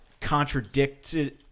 contradicted